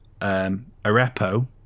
Arepo